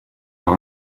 par